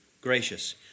Gracious